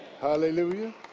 Hallelujah